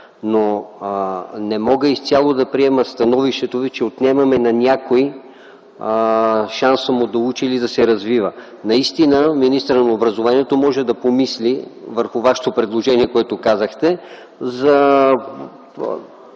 но не мога изцяло да приема становището Ви, че отнемаме на някой шанса му да учи или да се развива. Наистина министърът на образованието може да помисли върху Вашето предложение за хора, които